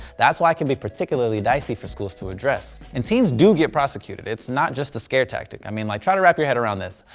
that's why it can be particularly dicey for schools to address. and teens do get prosecuted, its not just a scare tactic. i mean like try to wrap your head around this.